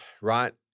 right